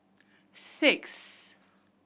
six